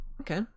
Okay